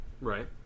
Right